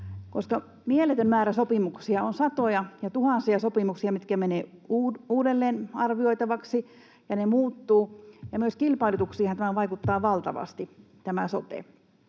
koska on mieletön määrä sopimuksia, satoja ja tuhansia sopimuksia, mitkä menevät uudelleenarvioitaviksi ja muuttuvat, ja myös kilpailutuksiinhan tämä sote vaikuttaa valtavasti. Nämä